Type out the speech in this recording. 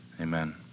Amen